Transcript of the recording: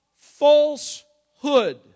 falsehood